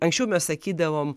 anksčiau mes sakydavom